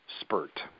spurt